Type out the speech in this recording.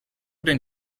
denn